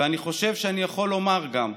ואני חושב שאני יכול לומר גם,